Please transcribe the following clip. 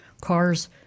cars